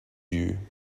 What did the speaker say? you